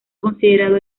considerado